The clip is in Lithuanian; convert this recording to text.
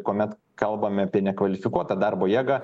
kuomet kalbame apie nekvalifikuotą darbo jėgą